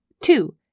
Two